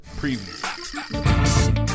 preview